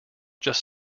just